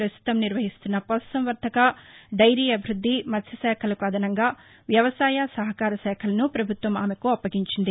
ప్రస్తుతం నిర్వహిస్తున్న పశుసంవర్ధక దైరీ అభివృద్ధి మత్స్తుశాఖకు అదనంగా వ్యవసాయ సహకార శాఖలను పభుత్వం ఆమెకు అప్పగించింది